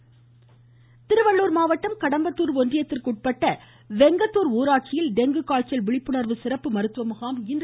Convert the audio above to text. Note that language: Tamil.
டெங்கு காய்ச்சல் திருவள்ளுர் மாவட்டம் கடம்பத்தூர் ஒன்றியத்திற்கு உட்பட்ட வெங்கத்தூர் ஊராட்சியில் டெங்கு காய்ச்சல் விழிப்புணர் சிறப்பு மருத்துவ முகாம் இன்று நடைபெற்றது